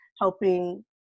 helping